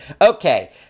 Okay